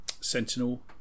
Sentinel